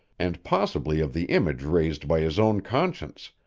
and possibly of the image raised by his own conscience,